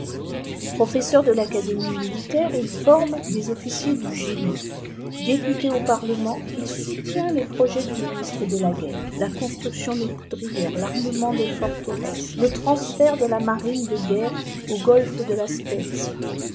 professeur à l'académie militaire il forme des officiers du génie député au parlement il soutient les projets du igitized by google ministre de la guerre la construction des poudrières l'armement des forteresses le transfert de la marine de guerre au golfe de